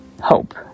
hope